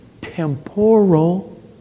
temporal